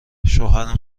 شوهرم